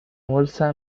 bolsa